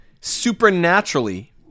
Supernaturally